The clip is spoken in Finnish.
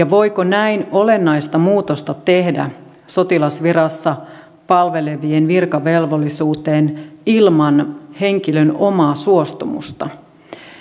voiko näin olennaista muutosta tehdä sotilasvirassa palvelevien virkavelvollisuuteen ilman henkilön omaa suostumusta